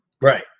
Right